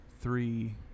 three